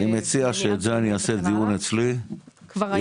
אני מציע שאת זה אני אעשה דיון אצלי עם